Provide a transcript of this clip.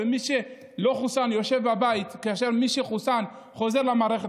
ומי שלא חוסן יושב בבית כאשר מי שחוסן חוזר למערכת,